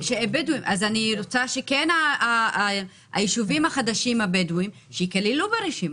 אז אני רוצה שהיישובים הבדואיים החדשים ייכללו ברשימה.